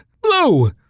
blue